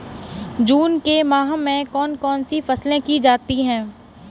जून के माह में कौन कौन सी फसलें की जाती हैं?